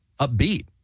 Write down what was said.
upbeat